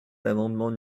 l’amendement